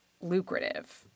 lucrative